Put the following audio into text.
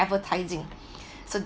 advertising so